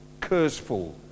curseful